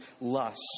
lust